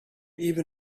even